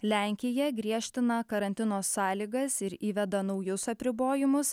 lenkija griežtina karantino sąlygas ir įveda naujus apribojimus